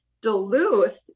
Duluth